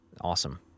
Awesome